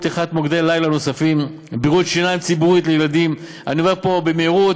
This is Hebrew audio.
מדדי העוני בישראל הם דרמטיים בהשוואה למדינות